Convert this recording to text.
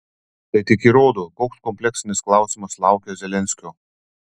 tai tik įrodo koks kompleksinis klausimas laukia zelenskio